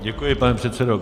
Děkuji, pane předsedo.